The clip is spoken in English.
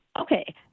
Okay